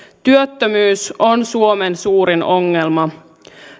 työttömyys on suomen suurin ongelma